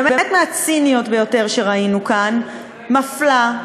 היא באמת מהציניות ביותר שראינו כאן, מפלה,